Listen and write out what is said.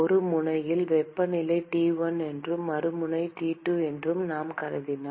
ஒரு முனையில் வெப்பநிலை T1 என்றும் மறுமுனை T2 என்றும் நான் கருதினால்